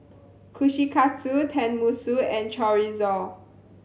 Kushikatsu Tenmusu and Chorizo